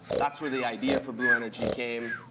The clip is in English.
that's where the idea for blueenergy came.